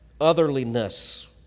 otherliness